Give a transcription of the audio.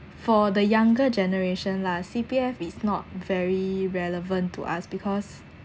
for the younger generation lah C_P_F is not very relevant to us because